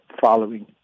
following